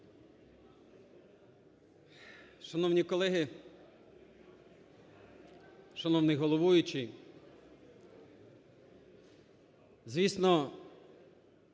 Шановні колеги, шановний головуючий, звісно,